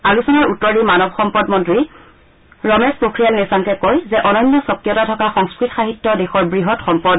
আলোচনাৰ উত্তৰ দি মানৱ সম্পদ মন্ত্ৰী ৰমেশ পোখৰিয়াল নিশাংকে কয় যে অনন্য স্বকীয়তা থকা সংস্থত সাহিত্য দেশৰ বৃহৎ সম্পদ